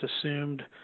assumed